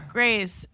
Grace